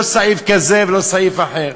לא סעיף כזה ולא סעיף אחר.